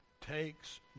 takes